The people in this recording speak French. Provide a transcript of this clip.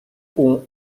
ont